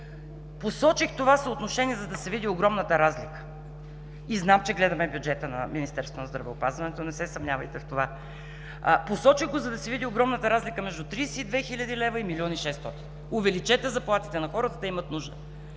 Посочих това съотношение, за да се види огромната разлика. (Реплики от ГЕРБ) И знам, че гледаме бюджета на Министерството на здравеопазването, не се съмнявайте в това. Посочих го, за да се види огромната разлика между 32 хил. лв. и милион и шестстотин. Увеличете заплатите на хората, те имат нужда.